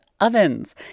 ovens